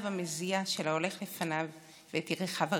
המזיע / של ההולך לפניו / ואת נוע ירכיו הגדולות".